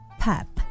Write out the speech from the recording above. pap